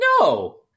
No